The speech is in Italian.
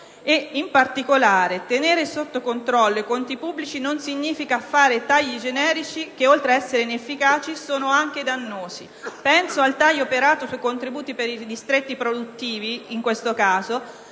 In particolare, tenere sotto controllo i conti pubblici non significa fare tagli generici che, oltre ad essere inefficaci, sono anche dannosi. Penso al taglio operato sui contributi per i distretti produttivi in questo caso,